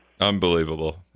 Unbelievable